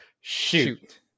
Shoot